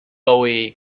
bowie